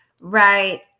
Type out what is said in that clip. Right